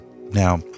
Now